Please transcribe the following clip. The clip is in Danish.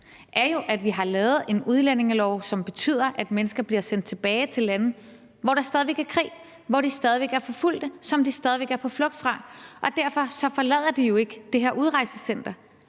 3 – at vi har lavet en udlændingelov, som betyder, at mennesker bliver sendt tilbage til lande, hvor der stadig væk er krig, hvor de stadig væk er forfulgte, og som de stadig væk er på flugt fra. Derfor forlader de jo ikke det her udrejsecenter.